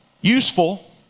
Useful